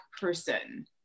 person